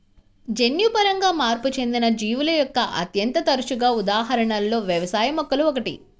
జన్యుపరంగా మార్పు చెందిన జీవుల యొక్క అత్యంత తరచుగా ఉదాహరణలలో వ్యవసాయ మొక్కలు ఒకటి